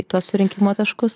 į tuos surinkimo taškus